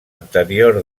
anterior